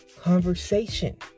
conversation